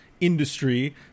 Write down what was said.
industry